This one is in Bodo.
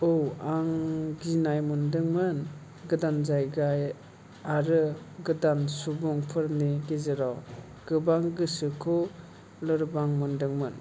औ आं गिनाय मोनदोंमोन गोदान जायगा आरो गोदान सुबुंफोरनि गेजेराव गोबां गोसोखौ लोरबां मोनदोंमोन